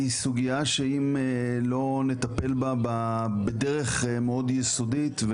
סוגייה שצריך לטפל בה בדרך מאוד יסודית.